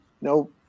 no